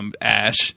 Ash